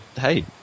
hey